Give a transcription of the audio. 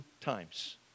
times